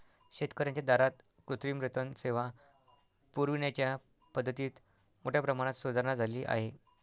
शेतकर्यांच्या दारात कृत्रिम रेतन सेवा पुरविण्याच्या पद्धतीत मोठ्या प्रमाणात सुधारणा झाली आहे